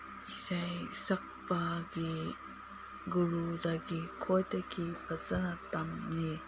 ꯏꯁꯩ ꯁꯛꯄꯒꯤ ꯒꯨꯔꯨꯗꯒꯤ ꯈ꯭ꯋꯥꯏꯗꯒꯤ ꯐꯖꯅ ꯇꯝꯒꯦ